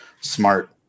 smart